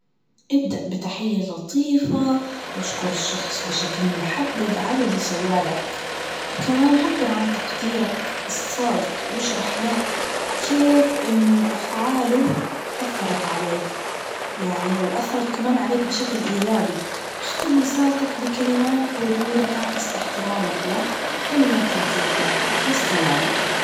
أبدأ بتحية لطيفة, واشكر الشخص بشكل محدد على اللي سواه لك, وكمان عبر عن تقديرك الصادق, واشرح له كيف إنه أفعاله أثرت عليك, يعني وأثرت كمان عليك بشكل إيجابي, اختم رسالتك بكلمات ودودة تعكس إحترامك له, وكلمات لطيفة, والسلام.